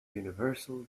universal